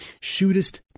shootest